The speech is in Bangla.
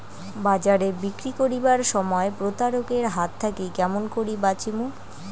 বাজারে বিক্রি করিবার সময় প্রতারক এর হাত থাকি কেমন করি বাঁচিমু?